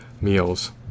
meals